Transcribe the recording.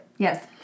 Yes